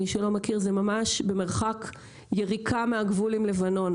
מי שלא מכיר זה ממש במרחק יריקה מגבול לבנון,